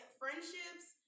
friendships